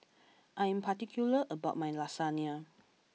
I am particular about my Lasagne